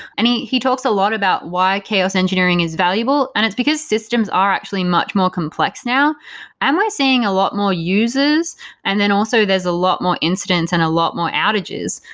and he he talks a lot about why chaos engineering is valuable. and it's because systems are actually much more complex now am i seeing a lot more users and then also there's a lot more instance and a lot more outages.